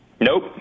Nope